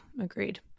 agreed